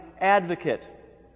advocate